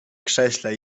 krześle